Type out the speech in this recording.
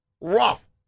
rough